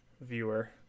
viewer